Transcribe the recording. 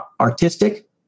artistic